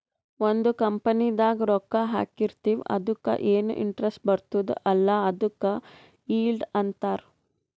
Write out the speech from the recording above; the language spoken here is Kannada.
ಒಂದ್ ಕಂಪನಿದಾಗ್ ರೊಕ್ಕಾ ಹಾಕಿರ್ತಿವ್ ಅದುಕ್ಕ ಎನ್ ಇಂಟ್ರೆಸ್ಟ್ ಬರ್ತುದ್ ಅಲ್ಲಾ ಅದುಕ್ ಈಲ್ಡ್ ಅಂತಾರ್